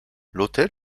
l’hôtel